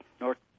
North